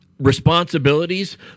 responsibilities